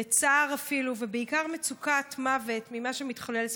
וצער אפילו, ובעיקר מצוקת מוות ממה שמתחולל סביבם.